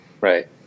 Right